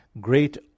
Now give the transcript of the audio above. Great